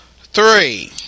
three